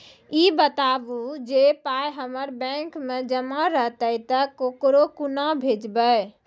ई बताऊ जे पाय हमर बैंक मे जमा रहतै तऽ ककरो कूना भेजबै?